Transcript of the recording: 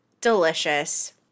Delicious